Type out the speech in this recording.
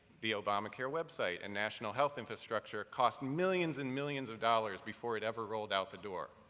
the obamacare website and national health infrastructure, cost millions and millions of dollars before it ever rolled out the door.